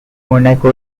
monaco